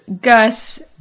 Gus